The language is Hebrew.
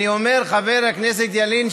אני אומר: חבר הכנסת ילין,